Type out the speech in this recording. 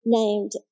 named